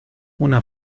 una